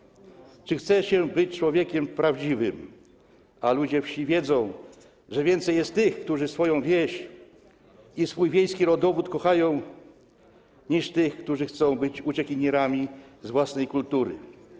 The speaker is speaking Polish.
Ważne jest, czy chce się być człowiekiem prawdziwym, a ludzie wsi wiedzą, że więcej jest tych, którzy swoją wieś i swój wiejski rodowód kochają, niż tych, którzy chcą być uciekinierami od własnej kultury.